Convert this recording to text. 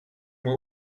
were